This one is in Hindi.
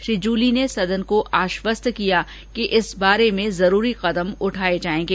श्री जूली ने सदन को आश्वस्त किया कि इस बारे में जरूरी कदम उठाये जायेंगे